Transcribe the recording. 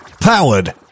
powered